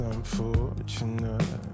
unfortunate